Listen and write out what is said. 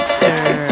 sexy